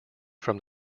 from